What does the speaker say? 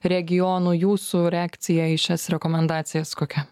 regionų jūsų reakcija į šias rekomendacijas kokia